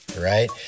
Right